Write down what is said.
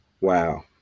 Wow